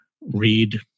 read